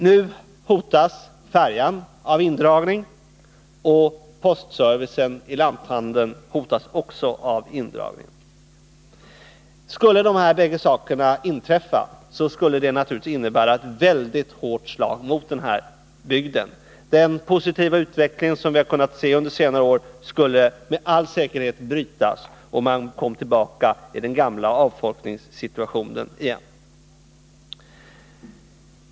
Nu hotas färjan av indragning, och postservicen i lanthandeln likaså. Om dessa båda saker skulle inträffa, skulle det innebära ett väldigt hårt slag mot den här bygden. Den positiva utveckling som vi har kunnat notera under senare år skulle med all säkerhet brytas, och man skulle komma tillbaka i den tidigare situationen med avfolkning.